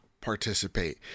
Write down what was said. participate